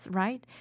right